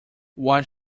what